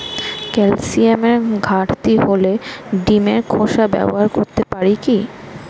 ক্যালসিয়ামের ঘাটতি হলে ডিমের খোসা ব্যবহার করতে পারি কি?